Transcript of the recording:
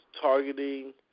targeting